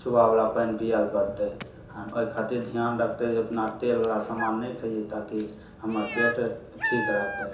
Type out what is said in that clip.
सुबह बला पानि पिअ पड़तै ओहि खातिर ध्यान रखतै जे ओतना तेल बला समान नहि खाइऐ ताकी हमर पेट ठीक रहतै